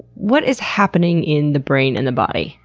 what is happening in the brain and the body?